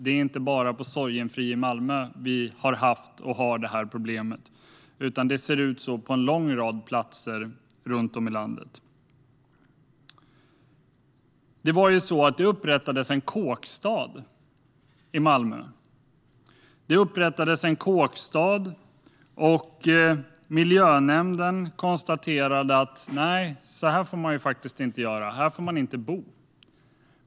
Det är inte bara på Sorgenfri i Malmö som vi har haft och har det här problemet, utan det ser ut så på en lång rad platser runt om i landet. Det upprättades alltså en kåkstad i Malmö, och miljönämnden konstaterade att så här får man faktiskt inte göra. Här får man inte bo.